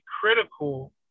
critical